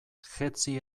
jetzi